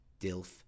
DILF